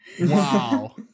Wow